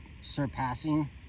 surpassing